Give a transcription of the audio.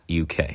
UK